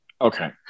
Okay